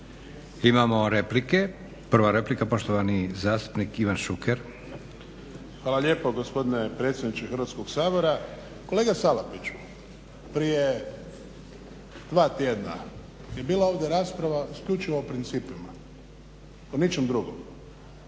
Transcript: Imamo replike. Prva replika poštovani zastupnik Ivan Šuker. **Šuker, Ivan (HDZ)** Hvala lijepo gospodine predsjedniče Hrvatskoga sabora. Kolega Salapić, prije dva tjedna je bila ovdje rasprava isključivo o principima, o ničem drugom.